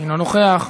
אינו נוכח.